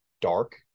dark